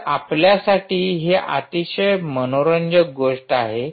तर आपल्यासाठी ही अतिशय मनोरंजक गोष्ट आहे